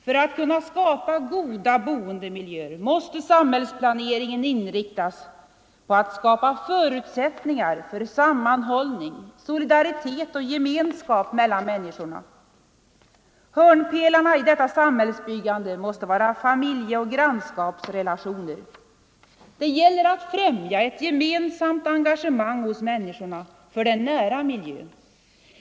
För att kunna skapa goda boendemiljöer måste samhällsplaneringen inriktas på att skapa förutsättningar för sammanhållning, solidaritet och gemenskap mellan människorna. Hörnpelarna i detta samhällsbyggande måste vara familjeoch grannskapsrelationer. Det gäller att främja ett gemensamt engagemang hos människorna för den nära miljön.